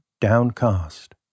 downcast